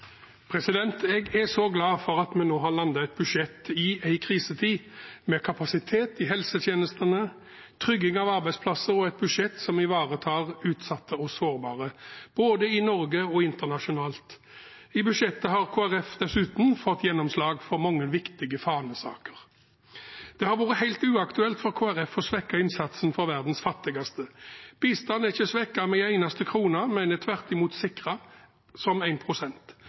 så glad for at vi nå har landet et budsjett i en krisetid, med kapasitet i helsetjenestene, trygging av arbeidsplasser og et budsjett som ivaretar utsatte og sårbare både i Norge og internasjonalt. I budsjettet har Kristelig Folkeparti dessuten fått gjennomslag for mange viktige fanesaker. Det har vært helt uaktuelt for Kristelig Folkeparti å svekke innsatsen for verdens fattigste. Bistand er ikke svekket med en eneste krone, men er tvert imot sikret som 1 pst., og det skulle bare mangle i en